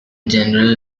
general